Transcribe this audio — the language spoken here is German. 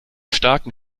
starken